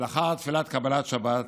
לאחר תפילת קבלת שבת,